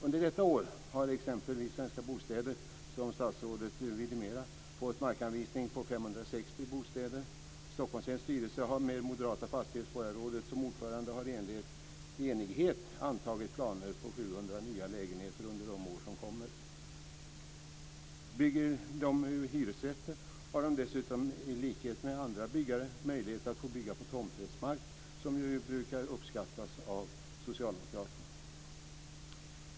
Under detta år har exempelvis Svenska Bostäder, vilket statsrådet vidimerar, fått markanvisning på 560 bostäder. Stockholmshems styrelse har med det moderata fastighetsborgarrådet som ordförande i enighet antagit planer på 700 nya lägenheter under de år som kommer. Om de bygger hyresrätter har de dessutom i likhet med andra byggare möjlighet att få bygga på tomträttsmark, vilket ju brukar uppskattas av socialdemokraterna.